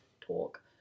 talk